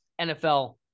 NFL